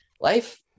life